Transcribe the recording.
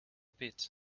pit